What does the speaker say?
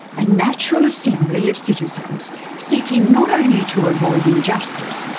a natural assembly of citizens seeking not only to avoid injustice,